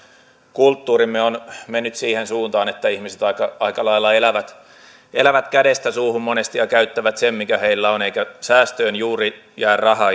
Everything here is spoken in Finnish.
kulttuurimme on mennyt siihen suuntaan että ihmiset aika aika lailla elävät elävät kädestä suuhun monesti ja käyttävät sen mikä heillä on eikä säästöön juuri jää rahaa